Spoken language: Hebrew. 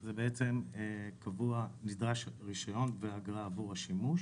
זה בעצם שנדרש רישיון ואגרה עבור השימוש,